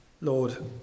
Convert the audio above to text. Lord